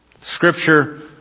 Scripture